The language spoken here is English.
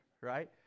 right